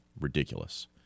ridiculous